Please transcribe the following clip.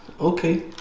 Okay